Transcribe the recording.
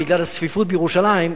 בגלל הצפיפות בירושלים,